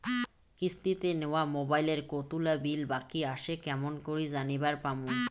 কিস্তিতে নেওয়া মোবাইলের কতোলা বিল বাকি আসে কেমন করি জানিবার পামু?